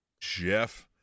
Jeff